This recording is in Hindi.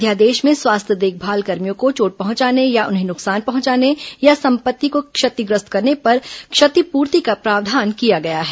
अध्यादेश में स्वास्थ्य देखभाल कर्मियों को चोट पहुंचाने या उन्हें नुकसान पहंचाने या संपत्ति को क्षतिग्रस्त करने पर क्षतिपूर्ति का प्रावधान किया गया है